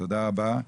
תודה רבה.